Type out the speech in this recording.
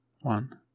One